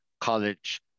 college